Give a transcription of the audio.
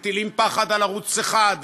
מטילים פחד על ערוץ 1,